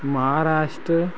Maharashtra